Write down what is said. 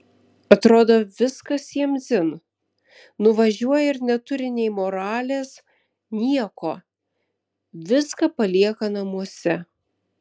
atrodo viskas jiems dzin nuvažiuoja ir neturi nei moralės nieko viską palieka namuose